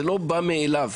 זה לא דבר שקורה מעצמו.